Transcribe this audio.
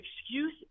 excuse